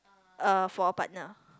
uh for a partner